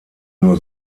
nur